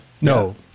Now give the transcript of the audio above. No